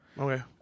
Okay